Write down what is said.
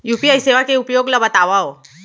UPI सेवा के उपयोग ल बतावव?